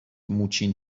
موچین